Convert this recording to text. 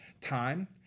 time